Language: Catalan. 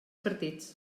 partits